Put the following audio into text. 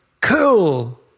cool